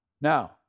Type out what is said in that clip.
Now